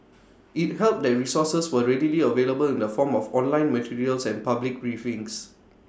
IT helped that resources were readily available in the form of online materials and public briefings